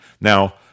Now